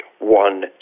one